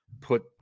put